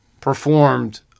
performed